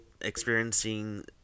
experiencing